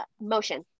motion